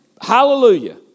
hallelujah